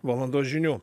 valandos žinių